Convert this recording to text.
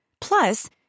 Plus